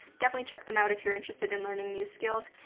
definitely check them out if you're interested in learning new skills.